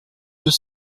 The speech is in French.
deux